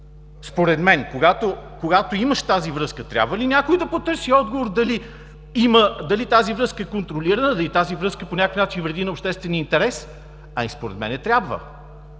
Според мен, когато имаш тази връзка, трябва ли някой да потърси отговор дали тази връзка е контролирана, дали тази връзка по някакъв начин вреди на обществения интерес? Според мен трябва